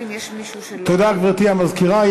גברתי המזכירה.